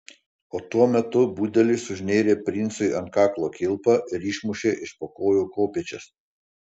o tuo metu budelis užnėrė princui ant kaklo kilpą ir išmušė iš po kojų kopėčias